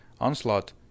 onslaught